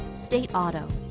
state auto,